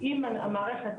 אם המערכת,